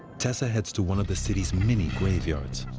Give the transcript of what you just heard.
tessa heads to one of the city's many graveyards.